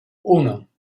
uno